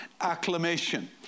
acclamation